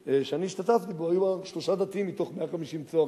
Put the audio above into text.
היו רק שלושה דתיים מתוך 150 צוערים.